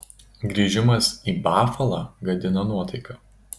grįžimas į bafalą gadina nuotaiką